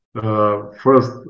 first